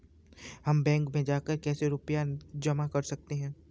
हम बैंक में जाकर कैसे रुपया जमा कर सकते हैं?